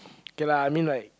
kay lah I mean like